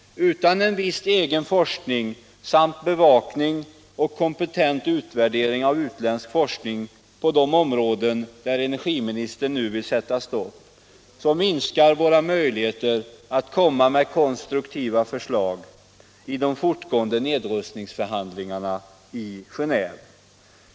Utan viss egen forskning samt bevakning och kompetent utvärdering av utländsk forskning på de områden där energiministern nu vill sätta stopp minskar våra möjligheter att komma med konstruktiva förslag i de fortgående nedrustningsförhandlingarna i Genéve.